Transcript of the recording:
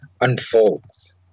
unfolds